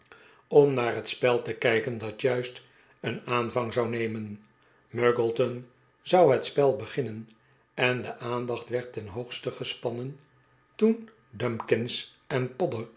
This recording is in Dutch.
om naar het spel te kijken dat juist een'aanvang zou nemen muggleton zou het spel beginnen en de aandacht werd ten hoogste gespannen toen dumkins en